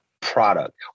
product